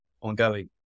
ongoing